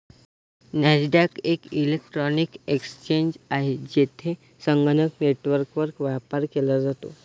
Nasdaq एक electronic exchange आहे, जेथे संगणक नेटवर्कवर व्यापार केला जातो